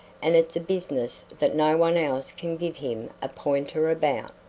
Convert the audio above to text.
and it's a business that no one else can give him a pointer about.